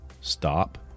Stop